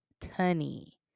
Tunny